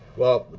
well,